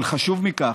אבל חשוב מזה,